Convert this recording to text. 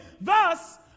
Thus